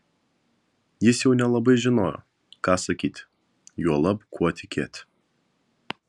jis jau nelabai žinojo ką sakyti juolab kuo tikėti